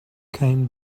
came